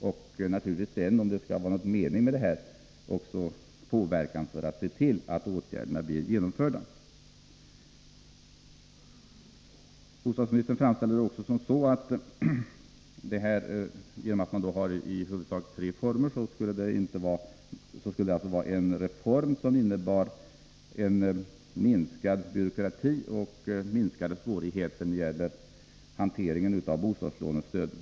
Om det sedan skall vara någon mening med detta krävs det naturligtvis också påverkan för att se till att åtgärderna blir genomförda. Bostadsministern framställer saken som så, att genom att man går in för tre låneformer skulle det vara en reform som innebär en minskad byråkrati och minskade svårigheter när det gäller hanteringen av bostadslån och stödåtgärder.